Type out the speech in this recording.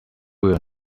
will